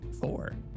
four